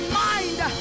mind